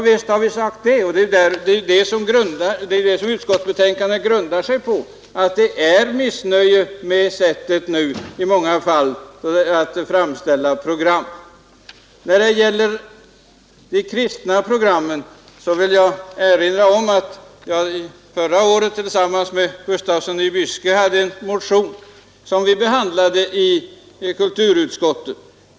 Visst har vi sagt så, och det är detta utskottsbetänkandet grundar sig på, nämligen att det i många fall råder missnöje med sättet att framställa program. När det gäller de kristna programmen vill jag erinra om att jag förra året tillsammans med herr Gustafsson i Byske väckte en motion, som behandlades i kulturutskottet.